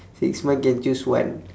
six month can choose one